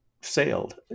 sailed